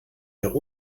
der